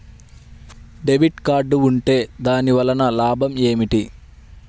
Debit card ఉంటే దాని వలన లాభం ఏమిటీ?